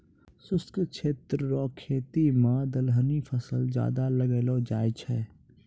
शुष्क क्षेत्र रो खेती मे दलहनी फसल ज्यादा लगैलो जाय छै